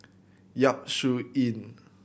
Yap Su Yin